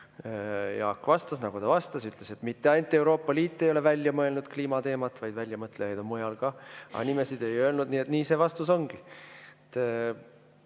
Jaak vastas, nagu ta vastas. Ta ütles, et mitte ainult Euroopa Liit ei ole välja mõelnud kliimateemat, vaid väljamõtlejaid on mujal ka, aga nimesid ei öelnud. Nii see vastus ongi.